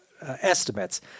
estimates